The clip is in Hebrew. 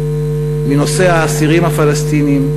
מנושא האסירים הפלסטינים,